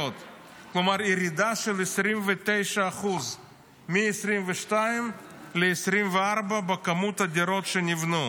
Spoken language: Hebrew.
כלומר ירידה של 29% מ-2022 ל-2024 בכמות הדירות שנבנו.